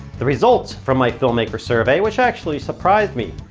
the results from my filmmaker's survey which actually surprised me.